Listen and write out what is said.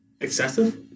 excessive